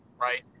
right